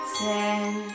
ten